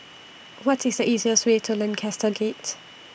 What IS The easiest Way to Lancaster Gate